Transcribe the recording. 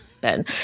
Ben